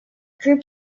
group